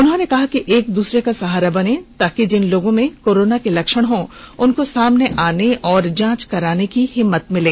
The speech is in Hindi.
उन्होंने कहा कि एक दूसरे का सहारा बने ताकि जिन लोगों में कोरोना के लक्षण हो उनको सामने आने और जांच कराने की हिम्मत मिले